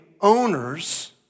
owners